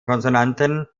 konsonanten